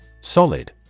Solid